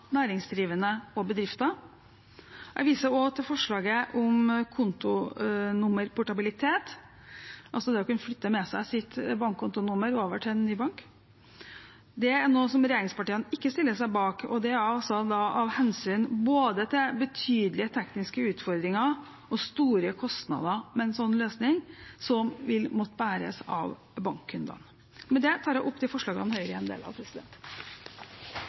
næringsdrivende og bedrifter. Jeg viser også til forslaget om kontonummerportabilitet, altså det å kunne flytte med seg sitt bankkontonummer over til en ny bank. Det er noe regjeringspartiene ikke stiller seg bak, og det er altså av hensyn til både betydelige tekniske utfordringer og store kostnader ved en slik løsning – som vil måtte bæres av bankkundene. Med det anbefaler jeg